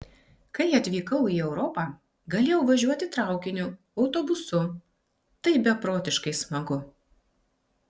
kai atvykau į europą galėjau važiuoti traukiniu autobusu tai beprotiškai smagu